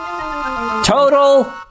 Total